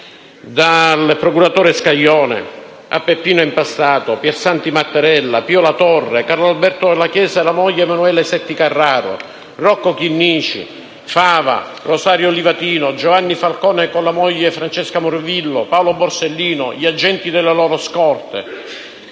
il procuratore Scaglione, Peppino Impastato, Piersanti Mattarella, Pio La Torre, Carlo Alberto Dalla Chiesa e la moglie Emanuela Setti Carraro, Rocco Chinnici, Fava, Rosario Livatino, Giovanni Falcone con la moglie Francesco Morvillo, Paolo Borsellino, gli agenti delle loro scorte,